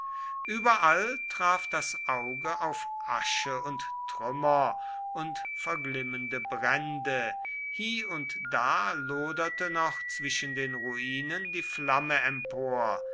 überall traf das auge auf asche und trümmer und verglimmende brände hie und da loderte noch zwischen den ruinen die flamme empor